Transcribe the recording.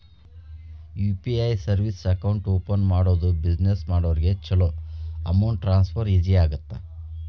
UPI service account open ಮಾಡೋದು business ಮಾಡೋರಿಗ ಚೊಲೋ ಅಮೌಂಟ್ ಟ್ರಾನ್ಸ್ಫರ್ ಈಜಿ ಆಗತ್ತ